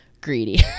greedy